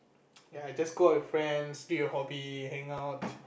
ya I just go out with friends do your hobby hang out